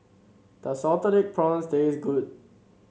does Salted Egg Prawns taste good